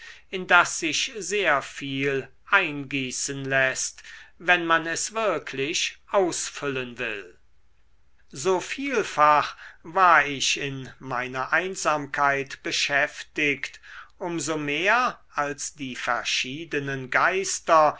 in das sich sehr viel eingießen läßt wenn man es wirklich ausfüllen will so vielfach war ich in meiner einsamkeit beschäftigt um so mehr als die verschiedenen geister